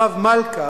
הרב מלכה,